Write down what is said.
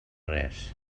res